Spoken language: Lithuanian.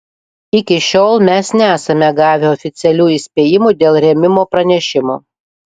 iki šiol mes nesame gavę oficialių įspėjimų dėl rėmimo pranešimų